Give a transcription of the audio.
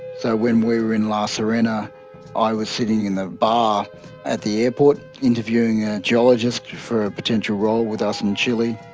so when we were in la serena i was sitting in a bar at the airport, interviewing a geologist for a potential role with us in chile,